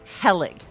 Helig